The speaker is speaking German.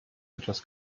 etwas